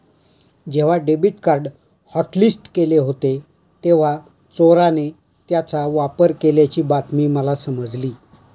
जेव्हा debit card hotlist केले होते तेव्हा चोराने त्याचा वापर केल्याची बातमी मला समजली